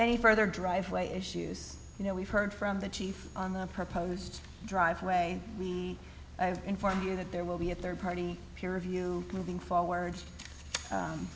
any further driveway issues you know we've heard from the chief on the proposed driveway we inform you that there will be a third party peer review moving forward